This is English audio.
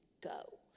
go